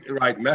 right